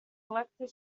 elected